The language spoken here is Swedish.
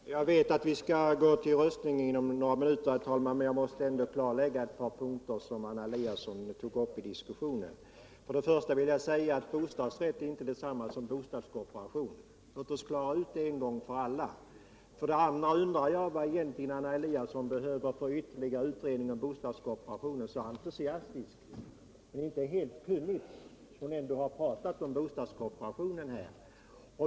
Herr talman! Jag vet att vi skall gå till röstning inom några minuter, men jag måste ändå klarlägga ctt par punkter som Anna Eliasson tog upp i diskussionen. os För det första är bostadsrätt inte detsamma som bostadskooperation. Låt oss klara ut det en gång för alla. För det andra undrar jag vad Anna Eliasson egentligen behöver för ytterligare utredning om bostadskooperationen, så entusiastiskt men inte helt kunnigt som hon ändå har pratat om bostadskooperationen.